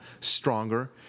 stronger